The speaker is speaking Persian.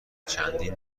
چندین